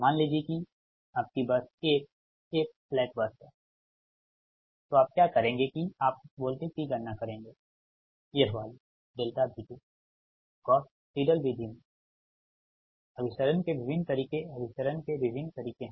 मान लीजिए कि आपकी बस 1 एक स्लैक बस है तो आप क्या करेंगे कि आप उस वोल्टेज की गणना करेंगे यह वाली V2 गॉस सिडल विधि में अभिसरण के विभिन्न तरीके अभिसरण के विभिन्न तरीके हैं